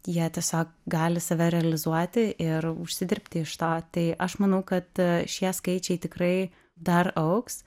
jie tiesiog gali save realizuoti ir užsidirbti iš to tai aš manau kad šie skaičiai tikrai dar augs